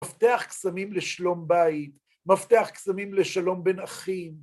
מפתח קסמים לשלום בית, מפתח קסמים לשלום בין אחים.